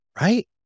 right